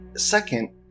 second